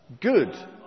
good